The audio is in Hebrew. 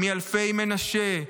מאלפי מנשה.